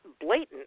blatant